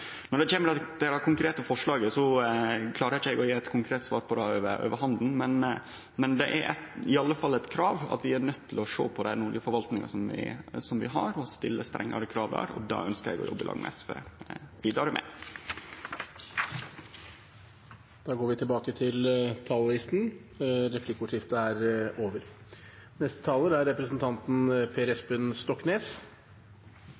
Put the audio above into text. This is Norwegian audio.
Når det gjeld det konkrete forslaget, klarar eg ikkje gje eit konkret svar på det over bordet, men det er iallfall eit krav at vi er nøydde til å sjå på den oljeforvaltinga som vi har, og stille strengare krav der, og det ønskjer eg å jobbe vidare med i lag med SV. Replikkordskiftet er over. Det jeg liker spesielt godt med desember, er